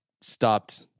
stopped